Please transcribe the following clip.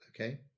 Okay